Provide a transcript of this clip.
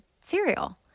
cereal